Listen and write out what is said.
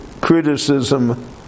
criticism